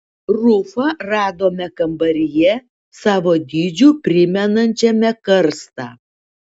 rufą radome kambaryje savo dydžiu primenančiame karstą